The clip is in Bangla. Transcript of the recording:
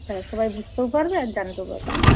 হ্যাঁ সবাই বুঝতেও পারবে আর জানতেও পারবে